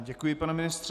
Děkuji, pane ministře.